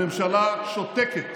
הממשלה שותקת